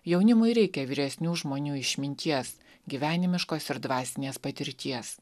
jaunimui reikia vyresnių žmonių išminties gyvenimiškos ir dvasinės patirties